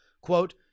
quote